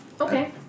Okay